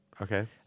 Okay